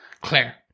Claire